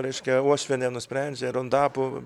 reiškia uošvienė nusprendžia rondapu